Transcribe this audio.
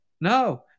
No